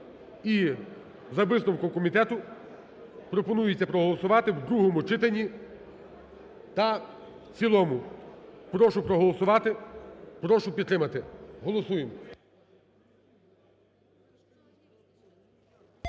І за висновком комітету пропонується проголосувати в другому читанні та в цілому. Прошу проголосувати. Прошу підтримати. Голосуємо.